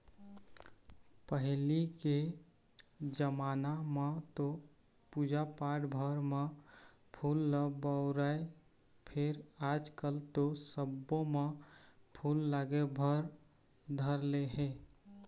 पहिली के जमाना म तो पूजा पाठ भर म फूल ल बउरय फेर आजकल तो सब्बो म फूल लागे भर धर ले हे